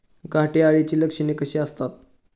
घाटे अळीची लक्षणे कशी असतात?